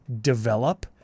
develop